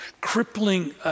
crippling